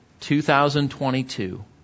2022